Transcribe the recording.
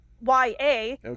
y-a